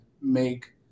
make